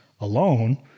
alone